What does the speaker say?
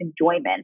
enjoyment